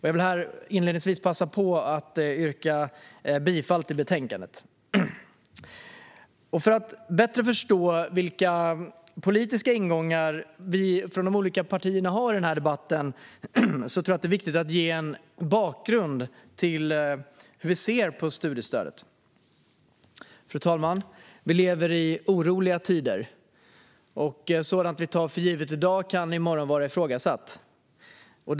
Jag vill inledningsvis passa på att yrka bifall till utskottets förslag. För att bättre förstå vilka politiska ingångar vi från de olika partierna har i denna debatt tror jag att det är viktigt att ge en bakgrund till hur vi ser på studiestödet. Fru talman! Vi lever i oroliga tider, och sådant som vi tar för givet i dag kan vara ifrågasatt i morgon.